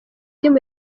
team